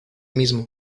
mismo